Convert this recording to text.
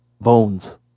bones